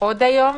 עוד היום.